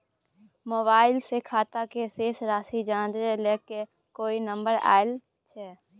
Mobile से खाता के शेस राशि जाँच के लेल कोई नंबर अएछ?